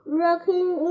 rocking